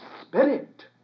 Spirit